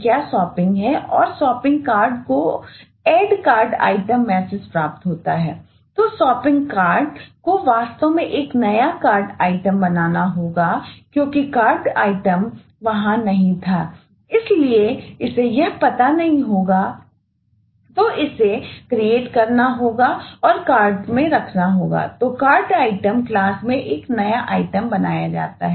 क्या item class में एक नया आइटम बनाया जाता है